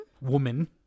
Woman